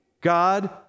God